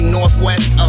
Northwest